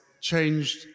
changed